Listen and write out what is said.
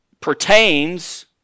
pertains